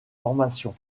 formation